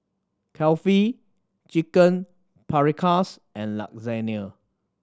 Kulfi Chicken Paprikas and Lasagna